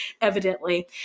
evidently